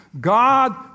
God